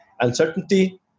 uncertainty